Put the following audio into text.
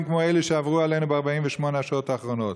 כמו אלה שעברו עלינו ב-48 השעות האחרונות.